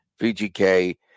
VGK